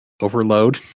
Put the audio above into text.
overload